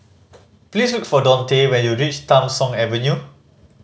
please look for Dontae when you reach Tham Soong Avenue